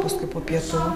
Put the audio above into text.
paskui po pietų